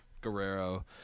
Guerrero